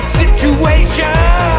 situation